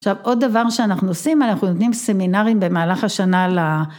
עכשיו עוד דבר שאנחנו עושים, אנחנו נותנים סמינרים במהלך השנה ל...